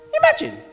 Imagine